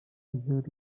result